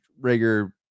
Rager